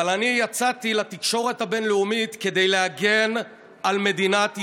אבל אני יצאתי לתקשורת הבין-לאומית כדי להגן על מדינת ישראל.